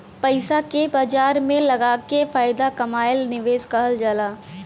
पइसा के बाजार में लगाके फायदा कमाएल निवेश कहल जाला